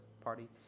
party